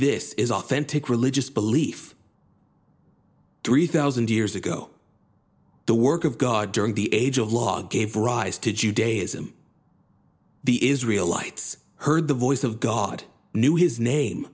this is authentic religious belief three thousand years ago the work of god during the age of law gave rise to judaism the israel lights heard the voice of god knew his name